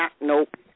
nope